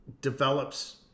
develops